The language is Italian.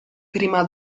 prima